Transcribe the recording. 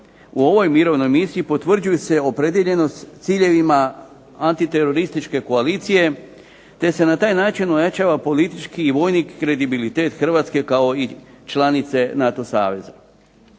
u ovoj mirovnoj misiji potvrđuju se opredijeljenost ciljevima antiterorističke koalicije te se na taj način ojačava politički i vojni kredibilitet Hrvatske kao i članice NATO saveza.